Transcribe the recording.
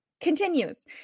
continues